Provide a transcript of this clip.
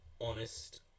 honest